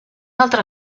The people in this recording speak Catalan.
altre